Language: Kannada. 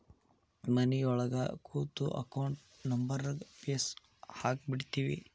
ಮನಿಯೊಳಗ ಕೂತು ಅಕೌಂಟ್ ನಂಬರ್ಗ್ ಫೇಸ್ ಹಾಕಿಬಿಡ್ತಿವಿ